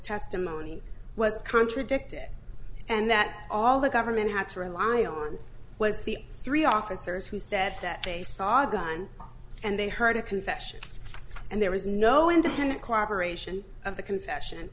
testimony was contradicted and that all the government had to rely on was the three officers who said that they saw a gun and they heard a confession and there was no independent corroboration of the confession